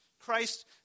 Christ